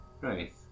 Right